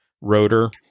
rotor